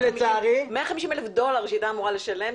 150,000 דולר שהיא הייתה אמורה לשלם,